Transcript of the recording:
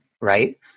Right